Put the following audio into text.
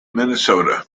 minnesota